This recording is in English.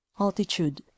Altitude